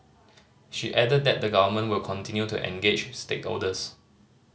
she added that the Government will continue to engage stakeholders